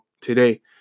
today